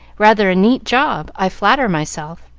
rather a neat job, i flatter myself.